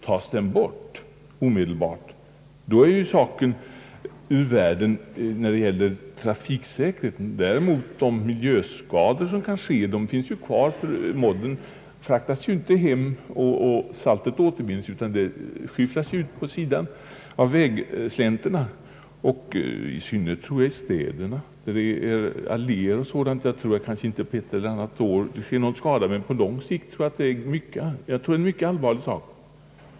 Tas modden bort omedelbart, är problemet ur världen vad beträffar trafiksäkerheten, men risken för miljöskador finns ju kvar. Modden fraktas inte bort, och saltet återvinns inte, utan det skyfflas ut på vägslänterna. Alléer och annan växtlighet skadas kanske inte de första åren, men på lång sikt är nog saltningen en mycket allvarlig sak.